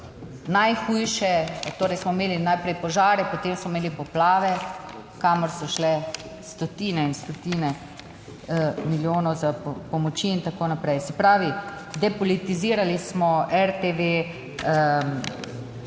najhujše, torej smo imeli najprej požare, potem smo imeli poplave, kamor so šle stotine in stotine milijonov za pomoči in tako naprej. Se pravi, depolitizirali smo RTV,